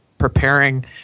preparing